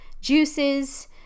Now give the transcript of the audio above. juices